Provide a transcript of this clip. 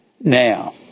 Now